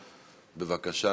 בבקשה,